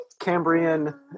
Cambrian